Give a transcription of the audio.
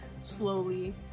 slowly